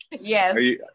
yes